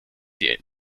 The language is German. die